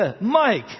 Mike